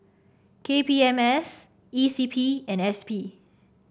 K P M S E C P and S P